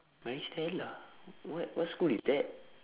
maris stella what what school is that